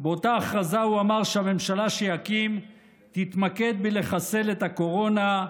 באותה הכרזה הוא אמר שהממשלה שיקים תתמקד בלחסל את הקורונה,